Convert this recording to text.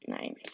names